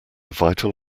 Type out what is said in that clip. vital